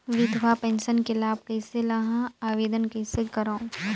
विधवा पेंशन के लाभ कइसे लहां? आवेदन कइसे करव?